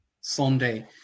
Sunday